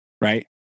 right